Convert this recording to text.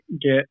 get